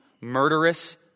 murderous